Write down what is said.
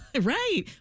Right